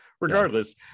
Regardless